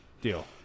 deal